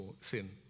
sin